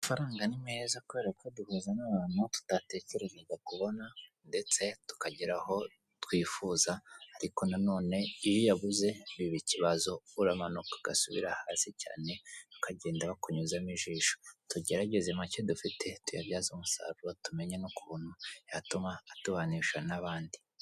Amafaranga ni meza kubera ko aduhuza n'abantu tutatekerezaga kubona, ndetse tukagera aho twifuza; ariko nanone iyo uyabuze biba ikibazo. Uramanuka ugasubira hasi cyane, ukagenda bakunyuzamo ijisho. Tugerageze make dufite tuyabyaze umusaruro, tumenya n'ukuntu yatuma atubanisha n'abandi.